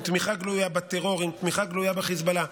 עם תמיכה גלויה בטרור ועם תמיכה גלויה בחיזבאללה.